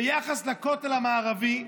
ביחס לכותל המערבי,